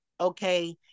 okay